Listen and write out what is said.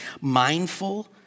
mindful